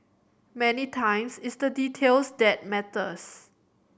many times it's the details that matters